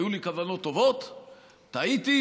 היו לי כוונות טובות, טעיתי.